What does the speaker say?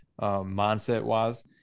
mindset-wise